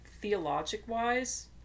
theologic-wise